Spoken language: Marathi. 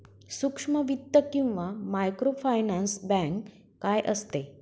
सूक्ष्म वित्त किंवा मायक्रोफायनान्स बँक काय असते?